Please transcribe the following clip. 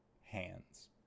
hands